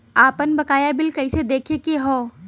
आपन बकाया बिल कइसे देखे के हौ?